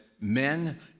men